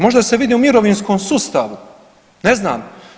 Možda se vidi u mirovinskom sustavu, ne znam.